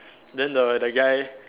then the that guy